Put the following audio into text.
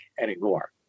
anymore